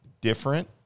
different